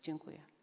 Dziękuję.